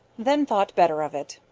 then thought better of it.